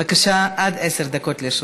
בבקשה, עד עשר דקות לרשותך.